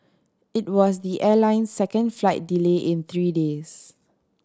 it was the airline's second flight delay in three days